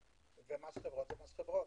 ומס חברות זה מס חברות.